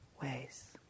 ways